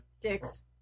Dicks